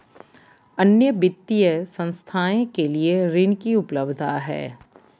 अन्य वित्तीय संस्थाएं के लिए ऋण की उपलब्धता है?